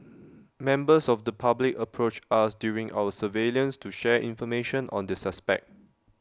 members of the public approached us during our surveillance to share information on the suspect